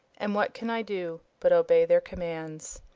and what can i do but obey their commands?